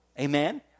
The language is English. Amen